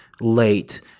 late